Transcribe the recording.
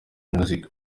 music